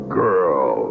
girl